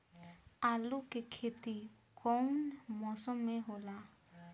आलू के खेती कउन मौसम में होला?